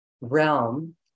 Realm